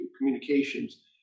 communications